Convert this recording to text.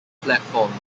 platforms